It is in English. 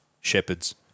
shepherds